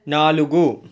నాలుగు